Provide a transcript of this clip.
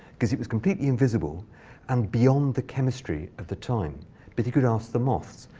because it was completely invisible and beyond the chemistry at the time but he could ask the moths.